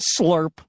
Slurp